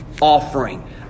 offering